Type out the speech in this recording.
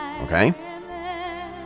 Okay